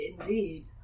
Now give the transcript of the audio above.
Indeed